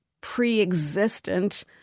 pre-existent